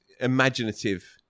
imaginative